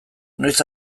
noiz